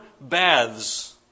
baths